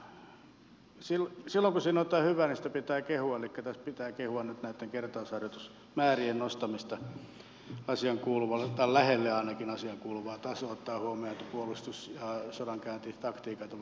mutta silloin kun siinä on jotain hyvää sitä pitää kehua elikkä tässä pitää kehua nyt näitten kertausharjoitusmäärien nostamista asiaankuuluvalle tasolle tai ainakin lähelle asiaankuuluvaa tasoa ottaen huomioon että puolustus ja sodankäyntitaktiikat ovat muuttuneet